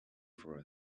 for